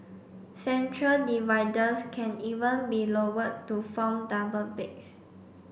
central dividers can even be lowered to form double beds